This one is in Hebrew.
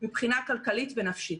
מבחינה כלכלית ונפשית.